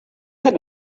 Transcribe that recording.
had